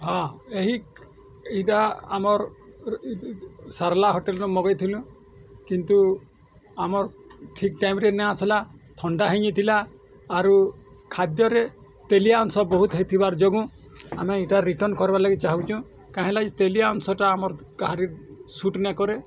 ହଁ ଏହି ଏଇଟା ଆମର୍ ସାର୍ଲା ହୋଟେଲ୍ର ମଗାଇ ଥିଲୁଁ କିନ୍ତୁ ଆମର୍ ଠିକ୍ ଟାଇମ୍ରେ ନା ଆସ୍ଲା ଥଣ୍ଡା ହେଇଁଯାଇଥିଲା ଆରୁ ଖାଦ୍ୟରେ ତେଲିଆ ଅଂଶ ବହୁତ ହେଇ ଥିବାର୍ ଯୋଗୁଁ ଆମେ ଇଟା ରିଟର୍ନ୍ କର୍ବାର୍ ଲାଗି ଚାଁହୁଛୁଁ କା ହେଲା କି ତେଲିଆ ଅଂଶଟା ଆମର୍ କାହାରି ସୁଟ୍ ନାଇଁ କରେ